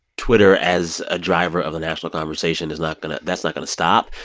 twitter as a driver of the national conversation is not going to that's not going to stop.